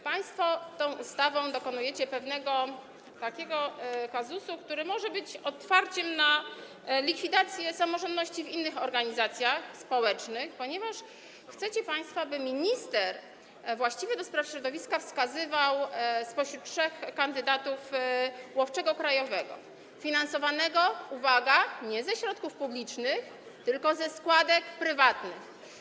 Państwo tą ustawą tworzycie pewien taki kazus, który może być otwarciem się na możliwość likwidacji samorządności w innych organizacjach społecznych, ponieważ chcecie państwo, aby minister właściwy do spraw środowiska wskazywał spośród trzech kandydatów łowczego krajowego, finansowanego - uwaga - nie ze środków publicznych, tylko ze składek prywatnych.